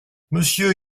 monsieur